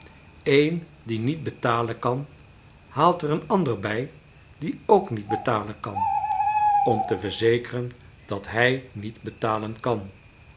een die niet betalen kan haalt er een ander bij die ook niet betalen kan om te verzekeren dat hij niet betalen kan